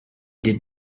did